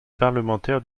parlementaires